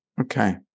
Okay